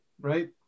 right